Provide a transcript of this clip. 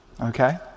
okay